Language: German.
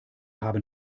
haben